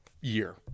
year